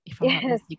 yes